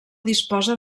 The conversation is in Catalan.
disposa